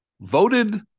voted